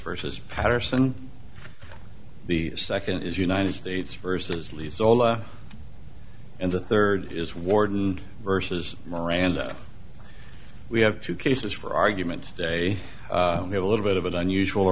versus paterson the second is united states versus lee's ola and the third is warden versus miranda we have two cases for arguments day we have a little bit of an unusual